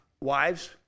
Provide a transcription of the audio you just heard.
Wives